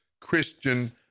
Christian